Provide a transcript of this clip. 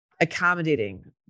accommodating